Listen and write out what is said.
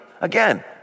Again